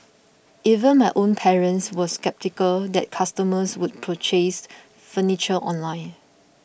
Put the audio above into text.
even my own parents were sceptical that customers would purchase furniture online